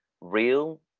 real